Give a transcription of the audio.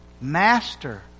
Master